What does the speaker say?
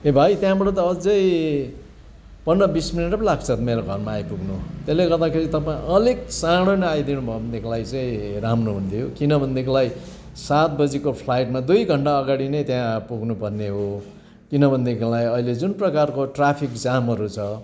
ए भाइ त्यहाँबाट त अझै पन्ध्र बिस मिनट पो लाग्छ त मेरो घरमा आइपुग्नु त्यसले गर्दाखेरि तपाईँ अलिक चाँडै नै आइदिनु भयो भनेदेखिलाई चाहिँ राम्रो हुन्थ्यो किन भनेदेखिलाई सात बजीको फ्लाइटमा दुई घन्टा अगाडि नै त्यहाँ पुग्नु पर्ने हो किन भनेदेखिलाई अहिले जुन प्रकारको ट्राफिक जामहरू छ